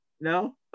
No